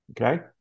okay